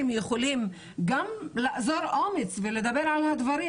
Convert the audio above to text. יכולים גם לאזור אומץ ולדבר על הדברים,